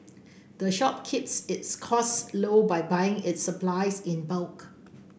the shop keeps its costs low by buying its supplies in bulk